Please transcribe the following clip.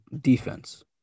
defense